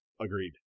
Agreed